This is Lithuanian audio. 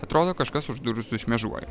atrodo kažkas už durų sušmėžuoja